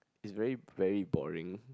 it's very very boring